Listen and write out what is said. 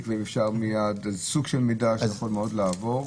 ואפשר מיד להעביר סוג של מידע שיכול לעבור.